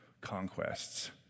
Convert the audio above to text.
conquests